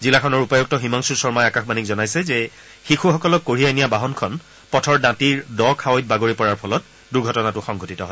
জিলাখনৰ উপায়ুক্ত হিমাংশু শৰ্মাই আকাশবাণীক জনাইছে যে শিশুসকলক কঢ়িয়াই নিয়া বাহনখন পথৰ দাঁতিৰ দ খাৱৈত বাগৰি পৰাৰ ফলত দুৰ্ঘটনাটো সংঘটিত হয়